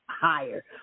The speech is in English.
higher